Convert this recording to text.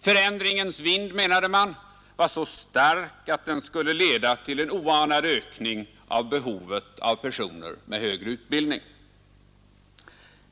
Förändringen, menade man, var så stark att den kunde leda till en oanad ökning av behovet av personer med hög utbildning.